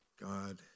God